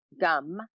gum